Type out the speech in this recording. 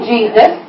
Jesus